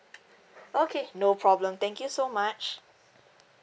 okay no problem thank you so much